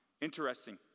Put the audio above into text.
Interesting